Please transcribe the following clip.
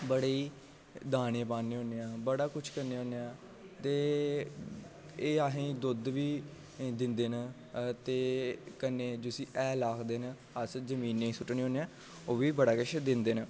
बड़े दाने पाने होने आं बड़ा कुछ करने होने आं ते एह आहें ई दुद्ध बी दिंदे न ते कन्नै जुस्सी हैल आखदे न अस ज़मीनें ई सुट्टने होने आं ओह् बी बड़ा किश दिंदे न